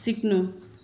सिक्नु